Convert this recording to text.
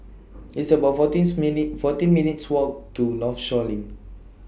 It's about fourteen fourteen minutes' Walk to Northshore LINK